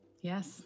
Yes